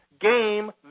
game